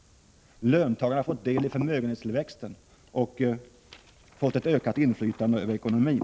Löntagarna har fått del i förmögenhetstillväxten och fått ett ökat inflytande över ekonomin.